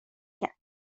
کرد